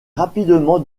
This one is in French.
rapidement